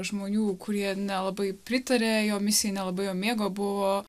žmonių kurie nelabai pritarė jo misijai nelabai jo mėgo buvo